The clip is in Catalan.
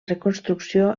reconstrucció